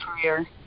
career